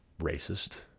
racist